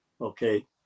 okay